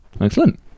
Excellent